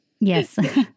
Yes